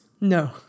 No